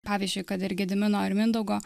pavyzdžiui kad ir gedimino ir mindaugo